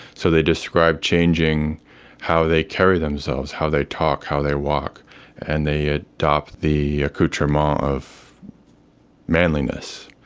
so, they describe changing how they carry themselves, how they talk, how they walk and they adopt the accoutrement of manliness.